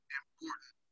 important